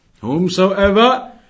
Whomsoever